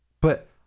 But